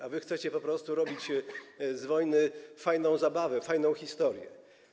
A wy chcecie po prostu robić z wojny fajną zabawę, fajną historię.